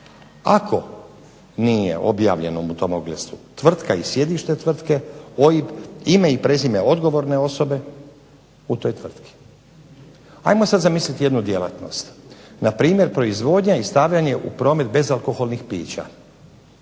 ako nije objavljeno u tom oglasu tvrtka i sjedište tvrtke, OIB, ime i prezime odgovorne osobe u toj tvrtki. Ajmo sada zamisliti jednu djelatnost, na primjer, proizvodnja i stavljanje u promet bezalkoholnih pića,